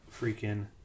freaking